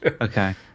Okay